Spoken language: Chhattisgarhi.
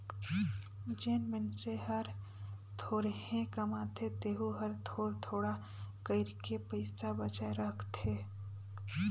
जेन मइनसे हर थोरहें कमाथे तेहू हर थोर थोडा कइर के पइसा बचाय सकथे